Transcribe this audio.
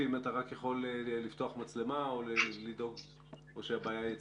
אתה יכול לפתוח מצלמה או שהבעיה היא אצלנו?